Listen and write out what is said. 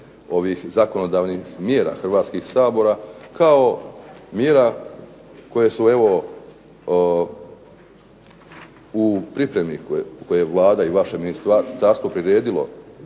ovih zakonodavnih mjera Hrvatskog sabora kao mjera koje su evo u pripremi, koje Vlada i vaše ministarstvo priredilo